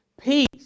peace